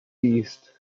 east